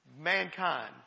mankind